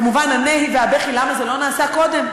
כמובן הנהי והבכי למה זה לא נעשה קודם,